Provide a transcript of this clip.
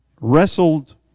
wrestled